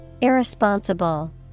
Irresponsible